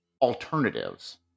alternatives